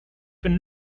been